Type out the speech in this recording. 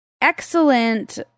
excellent